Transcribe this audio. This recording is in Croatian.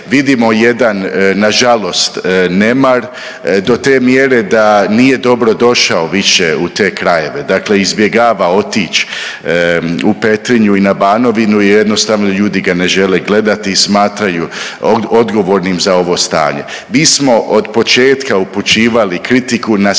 vidimo jedan na žalost nemar do te mjere da nije dobro došao više u te krajeve. Dakle, izbjegava otići u Petrinju i na Banovinu, jednostavno ljudi ga ne žele gledati i smatraju odgovornim za ovo stanje. Mi smo otpočetka upućivali kritiku na sam